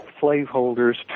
slaveholders